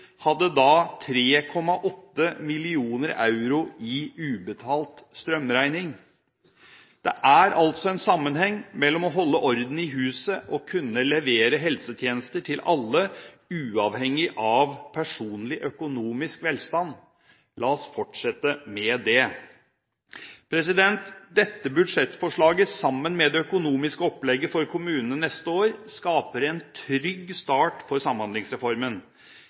hadde da 3,8 mill. euro i ubetalte strømregninger. Det er altså en sammenheng mellom å holde orden i huset og å kunne levere helsetjenester til alle, uavhengig av personlig økonomisk velstand. La oss fortsette med det. Dette budsjettforslaget, sammen med det økonomiske opplegget for kommunene neste år, skaper en trygg start for Samhandlingsreformen.